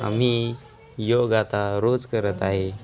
आम्ही योग आता रोज करत आहे